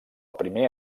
primer